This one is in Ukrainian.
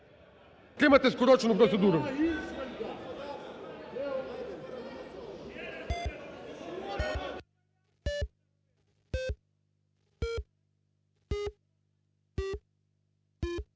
підтримати скорочену процедуру.